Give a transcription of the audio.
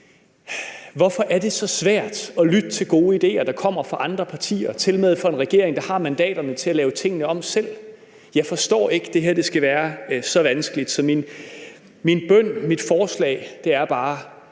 hvorfor er det så svært at lytte til gode idéer, der kommer fra andre partier, for en regering, der tilmed har mandaterne til at lave tingene om selv? Jeg forstår ikke, at det her skal være så vanskeligt. Så min bøn eller mit forslag er bare: